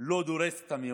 לא דורס את המיעוט,